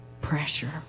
pressure